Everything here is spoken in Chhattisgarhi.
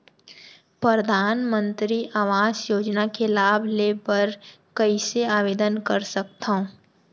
परधानमंतरी आवास योजना के लाभ ले बर कइसे आवेदन कर सकथव?